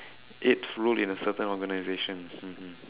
aids roll in a certain organisation mmhmm